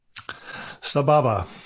Sababa